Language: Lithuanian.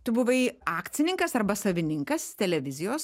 tu buvai akcininkas arba savininkas televizijos